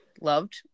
loved